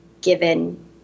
given